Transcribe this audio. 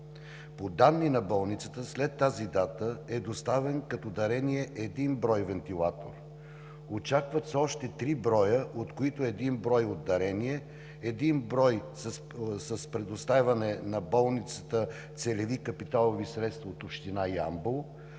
По данни на болницата след тази дата е доставен като дарение един брой вентилатори, очакват се още три броя, от които един брой дарение, един брой с предоставяне на болницата на целеви капиталови средства от община Ямбол